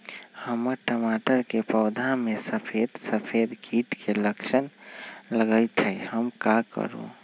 हमर टमाटर के पौधा में सफेद सफेद कीट के लक्षण लगई थई हम का करू?